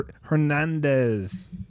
Hernandez